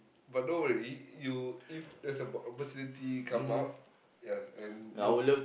but don't worry you if there's a opportunity come up ya and you